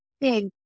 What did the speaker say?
big